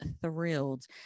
thrilled